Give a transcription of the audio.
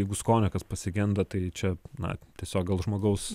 jeigu skonio kas pasigenda tai čia na tiesiog gal žmogaus